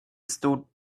stood